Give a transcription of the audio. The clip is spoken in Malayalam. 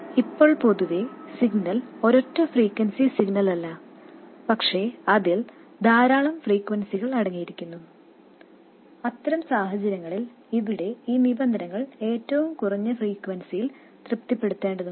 ഇപ്പോൾ പൊതുവേ സിഗ്നൽ ഒരൊറ്റ ഫ്രീക്വൻസി സിഗ്നലല്ല പക്ഷേ അതിൽ ധാരാളം ഫ്രീക്വെൻസികൾ അടങ്ങിയിരിക്കുന്നു അത്തരം സാഹചര്യങ്ങളിൽ ഇവിടെ ഈ നിബന്ധനകൾ ഏറ്റവും കുറഞ്ഞ ഫ്രീക്വെൻസിയിൽ തൃപ്തിപ്പെടുത്തേണ്ടതുണ്ട്